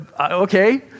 okay